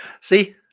See